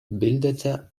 bildete